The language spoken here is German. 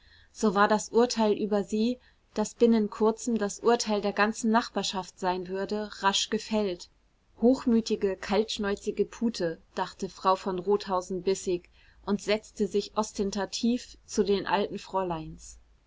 so war das urteil über sie das binnen kurzem das urteil der ganzen nachbarschaft sein würde rasch gefällt hochmütige kaltschnäuzige pute dachte frau von rothausen bissig und setzte sich ostentativ zu den alten fräuleins